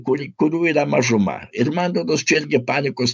kuri kurių yra mažuma ir man rodos čia irgi panikos